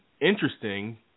interesting